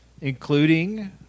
including